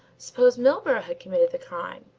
suppose milburgh had committed the crime?